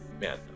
Man